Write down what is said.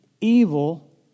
evil